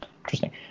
Interesting